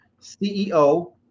CEO